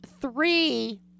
three